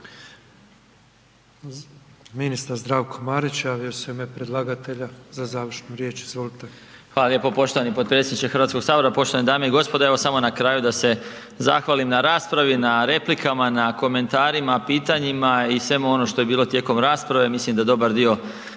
Ministar Zdravko Marić javio se u ime predlagatelja za završnu riječ, izvolite. **Marić, Zdravko** Hvala lijepo poštovani potpredsjedniče Hrvatskog sabora, poštovane dame i gospodo, Evo samo na kraju da se zahvalim na raspravi, na replikama, na komentarima, pitanjima i svemu onom što je bilo tijekom rasprave, mislim da dobar dio